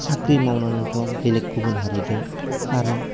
साख्रि मावनानैथ' बेलेक गुबुन हारिजों खारो